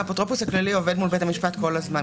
האפוטרופוס הכללי עובד מול בית המשפט כל הזמן.